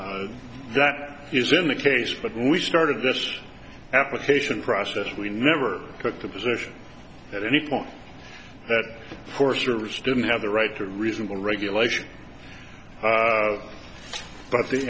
s that is in the case but when we started this application process we never took the position at any point that forest service didn't have the right to reasonable regulation but